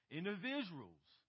Individuals